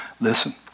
Listen